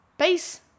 Peace